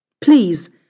Please